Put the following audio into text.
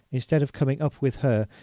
instead of coming up with her,